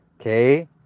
okay